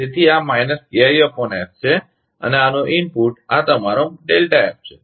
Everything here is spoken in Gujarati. તેથી આ KI S છે અને આનો ઇનપુટ આ તમારો છે